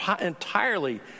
entirely